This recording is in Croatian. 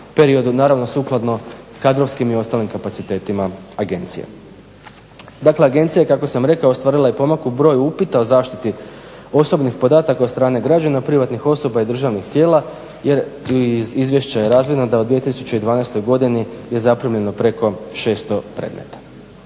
periodu, naravno sukladno kadrovskim i ostalim kapacitetima agencije. Dakle, agencija je kako sam rekao ostvarila pomak u broju upita o zaštiti osobnih podataka od strane građana, privatnih osoba i državnih tijela jer iz izvješća je razvidno da u 2012. godini je zaprimljeno preko 600 predmeta.